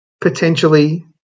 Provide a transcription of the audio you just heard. potentially